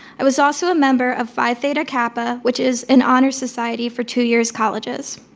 i was also a member of phi theta kappa, which is an honor society for two-years colleges.